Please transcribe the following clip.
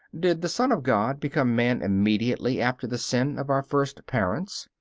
did the son of god become man immediately after the sin of our first parents?